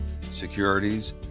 securities